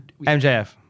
mjf